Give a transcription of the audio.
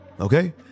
Okay